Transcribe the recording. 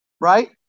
right